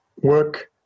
work